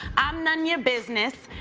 i'm nunya business,